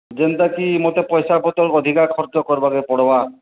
ଯେନ୍ତାକି ମୋତେ ପଇସା ପତର ଅଧିକା ଖର୍ଚ୍ଚ କରବାକେ ପଡ଼୍ବା